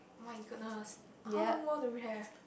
my goodness how long more do we have